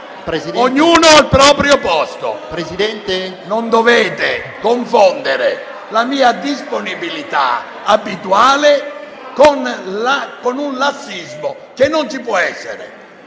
ognuno al proprio posto. Non dovete confondere la mia disponibilità abituale con un lassismo che non ci può essere.